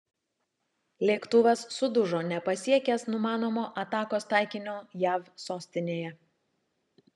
lėktuvas sudužo nepasiekęs numanomo atakos taikinio jav sostinėje